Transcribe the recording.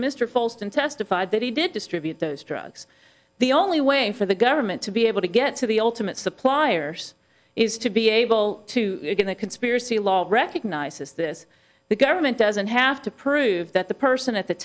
to mr fulton testified that he did distribute those drugs the only way for the government to be able to get to the ultimate suppliers is to be able to get the conspiracy law recognizes this the government doesn't have to prove that the person at the